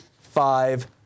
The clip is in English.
five